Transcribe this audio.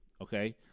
okay